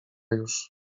już